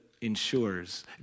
ensures